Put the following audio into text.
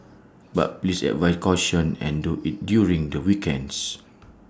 but please advise caution and do IT during the weekends